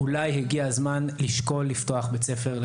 אולי הגיע הזמן לשקול לפתוח בית ספר פרטי